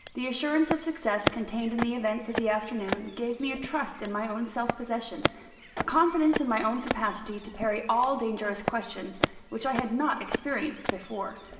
the assurance of success contained in the events of the afternoon, gave me a trust in my own self-possession a confidence in my own capacity to parry all dangerous questions which i had not experienced before.